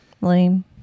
Lame